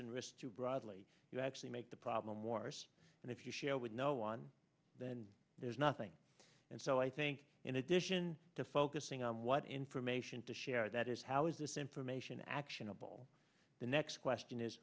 and risk too broadly you actually make the problem worse and if you share with no one then there's nothing and so i think in addition to focusing on what information to share that is how is this information actionable the next question is